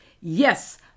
Yes